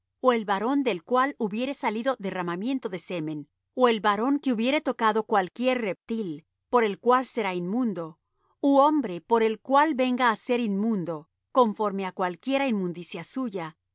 ó el varón del cual hubiere salido derramamiento de semen o el varón que hubiere tocado cualquier reptil por el cual será inmundo ú hombre por el cual venga á ser inmundo conforme á cualquiera inmundicia suya